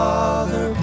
Father